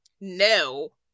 no